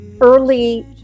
early